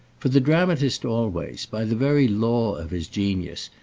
for the dramatist always, by the very law of his genius,